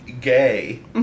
gay